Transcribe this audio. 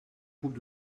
groupe